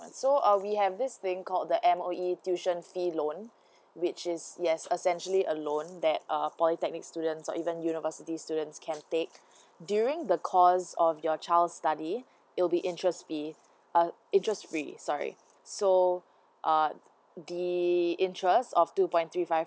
so uh we have this thing called the M_O_E tuition fee loan which is yes essentially a loans that err polytechnic students or even university students can take during the course of your child study you'll be interest free uh interest free sorry so uh the interest of two point three five